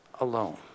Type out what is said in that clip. alone